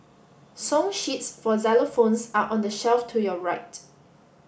song sheets for xylophones are on the shelf to your right